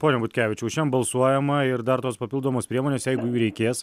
pone butkevičiau šiam balsuojama ir dar tos papildomos priemonės jeigu reikės